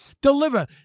deliver